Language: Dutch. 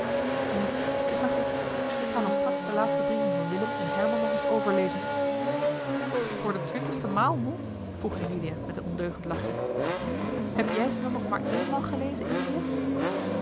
nu t is mij goed ik ga dan straks de laatste brieven van willem en herman nog eens overlezen voor de twintigste maal moe vroeg emilia met een ondeugend lachje heb jij ze dan nog maar éénmaal gelezen emilia